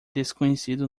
desconhecido